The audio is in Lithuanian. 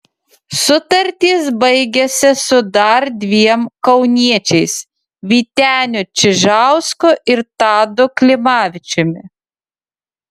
sutartys baigiasi su dar dviem kauniečiais vyteniu čižausku ir tadu klimavičiumi